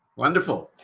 wonderful,